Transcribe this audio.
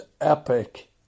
epic